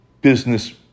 business